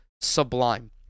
sublime